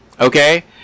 Okay